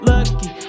Lucky